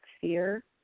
fear